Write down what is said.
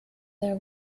their